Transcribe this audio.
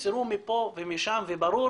נעצרו מפה ומשם, וברור